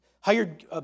hired